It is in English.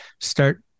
start